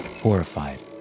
horrified